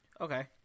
Okay